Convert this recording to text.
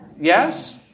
Yes